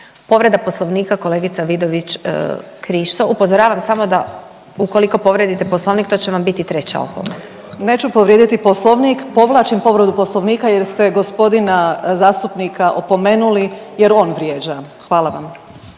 Povreda Poslovnika kolegica Vidović Krišto. Upozoravam samo da ukoliko povredite Poslovnik to će vam biti treća opomena. **Vidović Krišto, Karolina (OIP)** Neću povrijediti Poslovnik, povlačim povredu Poslovnika jer ste gospodina zastupnika opomenuli jer on vrijeđa. Hvala vam.